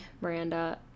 Miranda